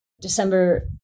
December